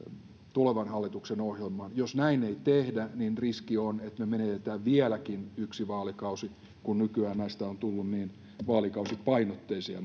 tulevan hallituksen ohjelmaan jos näin ei tehdä niin riski on että me menetämme vieläkin yhden vaalikauden kun nykyään näistä hallitusohjelmista on tullut niin vaalikausipainotteisia